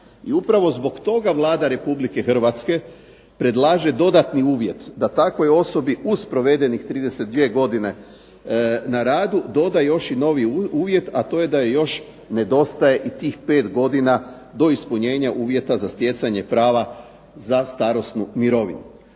I upravo zbog toga Vlada Republike Hrvatske predlaže dodatni uvjet da takvoj osobi uz provedenih 32 godine na radu doda još i novi uvjet, a to je da joj još nedostaje i tih pet godina do ispunjenja uvjeta za stjecanje prava za starosnu mirovinu.